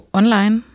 online